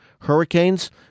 hurricanes